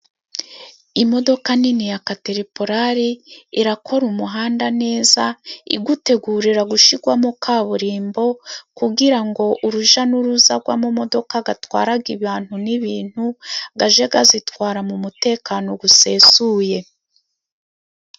Imodoka nini ya katerepurari, irakora umuhanda neza, iwutegurira gushirwamo kaburimbo, kugira ngo urujya n'uruza rw'amamodoka atwara abantu n'ibintu, ajye azitwara mu mutekano usesuye.